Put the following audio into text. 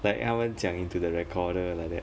like 他们讲 into the recorder like that